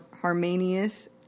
harmonious